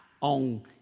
on